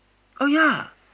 oh ya